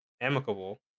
amicable